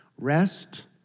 Rest